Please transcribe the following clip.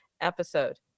episode